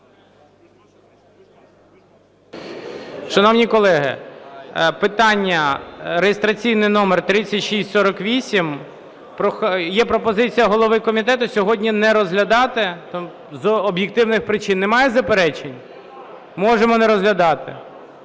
Шановні колеги, питання реєстраційний номер 3648 є пропозиція голови комітету сьогодні не розглядати з об'єктивних причин. Немає заперечень? Можемо не розглядати?